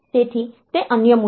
તેથી તે અન્ય મુદ્દો છે